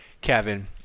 Kevin